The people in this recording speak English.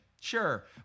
Sure